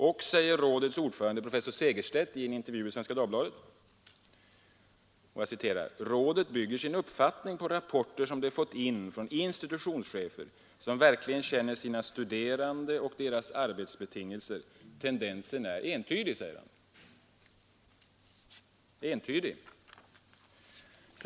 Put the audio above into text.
Och, säger rådets ordförande professor Segerstedt i en intervju i Svenska Dagbladet, ”rådet bygger sin uppfattning på rapporter som det fått in från institutionschefer som verkligen känner sina studerande och deras arbetsbetingelser. Tendensen är entydig.” Entydig!